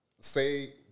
say